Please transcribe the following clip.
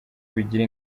bigira